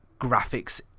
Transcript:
graphics